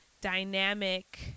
dynamic